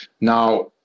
Now